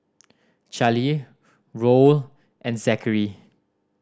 Charlie Roll and Zachary